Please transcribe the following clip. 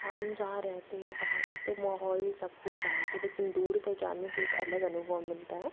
हम जहाँ रहते हैं वहाँ का तो माहौल सब कुछ शांत है लेकिन दूर कहीं जाने के एक अलग अनुभव मिलता है